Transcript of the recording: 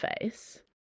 face